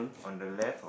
on the left